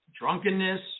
drunkenness